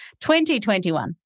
2021